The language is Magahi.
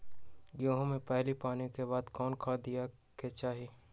गेंहू में पहिला पानी के बाद कौन खाद दिया के चाही?